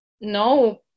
no